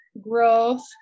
growth